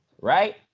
right